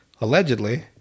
allegedly